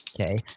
Okay